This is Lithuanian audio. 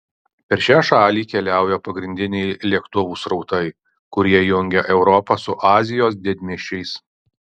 per šią šalį keliauja pagrindiniai lėktuvų srautai kurie jungia europą su azijos didmiesčiais